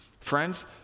Friends